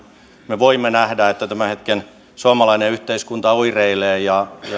me voimme nähdä että tämän hetken suomalainen yhteiskunta oireilee ja